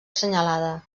senyalada